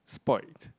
spoilt